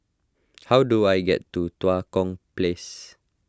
how do I get to Tua Kong Place